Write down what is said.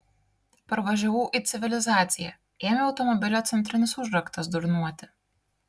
parvažiavau į civilizaciją ėmė automobilio centrinis užraktas durniuoti